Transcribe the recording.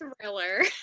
thriller